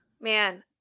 man